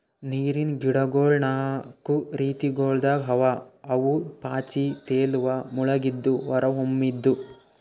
ನೀರಿನ್ ಗಿಡಗೊಳ್ ನಾಕು ರೀತಿಗೊಳ್ದಾಗ್ ಅವಾ ಅವು ಪಾಚಿ, ತೇಲುವ, ಮುಳುಗಿದ್ದು, ಹೊರಹೊಮ್ಮಿದ್